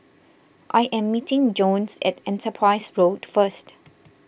I am meeting Jones at Enterprise Road first